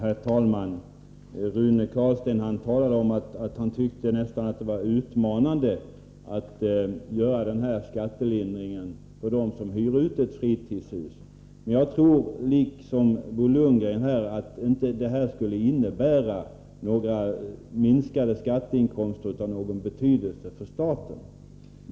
Herr talman! Rune Carlstein sade att han tyckte att det skulle vara nästan utmanande att införa en skattelindring som den vi föreslår för dem som hyr ut ett fritidshus. Men liksom Bo Lundgren tror jag inte att detta skulle innebära minskade skatteinkomster av någon betydelse för staten.